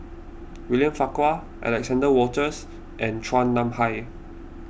William Farquhar Alexander Wolters and Chua Nam Hai